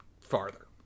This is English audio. farther